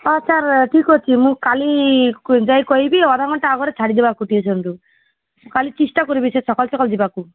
ହଁ ସାର୍ ଠିକ ଅଛି ମୁଁ କାଲି ଯାଇ କହିବି ଅଧାଘଣ୍ଟା ଆଗରୁ ଛାଡ଼ି ଦେବାକୁ ଟିଉସନରୁ କାଲି ଚେଷ୍ଟା କରିବି ସେ ସଖାଳେ ସଖାଳେ ଯିବାକୁ